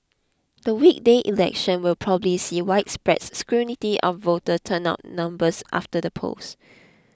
the weekday election will probably see widespread scrutiny of voter turnout numbers after the polls